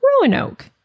Roanoke